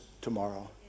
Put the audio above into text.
tomorrow